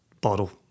bottle